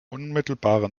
unmittelbarer